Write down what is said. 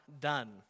done